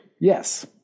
Yes